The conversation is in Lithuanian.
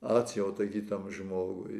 atjauta kitam žmogui